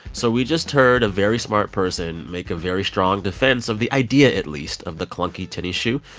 so we just heard a very smart person make a very strong defense of the idea, at least, of the clunky tennis shoe.